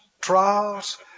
trials